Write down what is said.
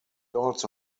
also